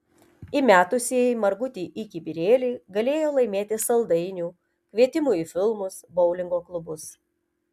įmetusieji margutį į kibirėlį galėjo laimėti saldainių kvietimų į filmus boulingo klubus